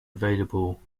available